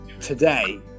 today